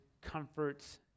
comforts